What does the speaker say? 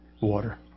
water